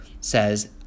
says